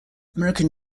american